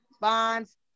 bonds